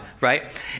right